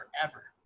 forever